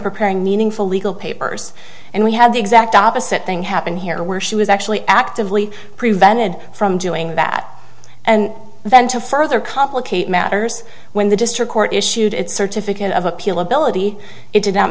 preparing meaningful legal papers and we had the exact opposite thing happen here where she was actually actively prevented from doing that and then to further complicate matters when the district court issued its certificate of appeal ability it did not